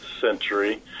century